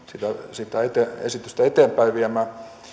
sitä esitystä eteenpäinviemään